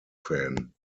fan